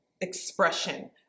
expression